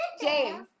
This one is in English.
James